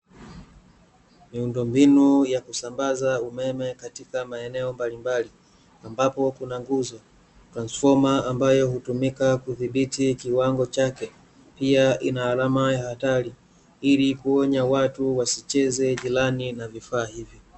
Miundombinu ya kusambaza umeme katika maeneo mbalimbali, ambapo kuna nguzo, transfoma ambayo hutumika kudhibiti kiwango chake, pia ina alama ya hatari, ili kuonya watu wasicheze jirani na vifaa hivi.